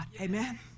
Amen